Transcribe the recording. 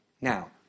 Now